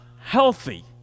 healthy